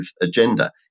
agenda